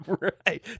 Right